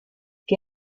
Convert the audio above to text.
qué